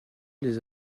les